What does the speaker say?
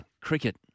cricket